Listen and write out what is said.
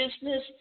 business